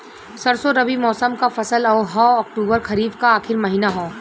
सरसो रबी मौसम क फसल हव अक्टूबर खरीफ क आखिर महीना हव